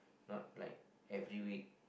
no like every week